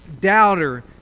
doubter